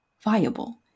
Viable